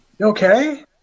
Okay